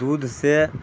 दूधसँ